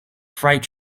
freight